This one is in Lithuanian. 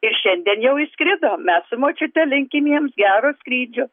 ir šiandien jau išskrido mes su močiute linkim jiems gero skrydžio